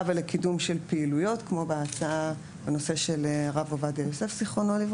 ולקידום של פעילויות כמו בהצעה בנושא של הרב עובדיה יוסף ז"ל,